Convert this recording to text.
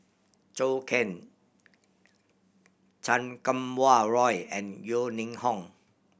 Zhou Can Chan Kum Wah Roy and Yeo Ning Hong